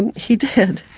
and he did.